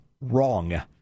wrong